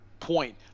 Point